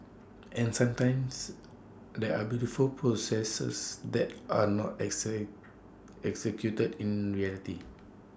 and sometimes there are beautiful processes that are not excite executed in reality